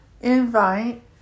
invite